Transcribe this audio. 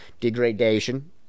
degradation